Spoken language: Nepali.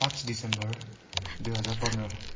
पाँच दिसम्बर दुई हजार पन्ध्र